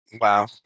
Wow